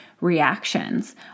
reactions